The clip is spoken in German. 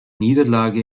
niederlage